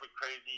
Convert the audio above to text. crazy